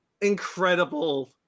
incredible